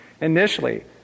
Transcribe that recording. initially